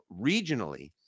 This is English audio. regionally